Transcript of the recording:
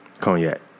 cognac